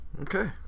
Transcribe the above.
Okay